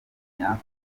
nyako